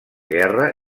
guerra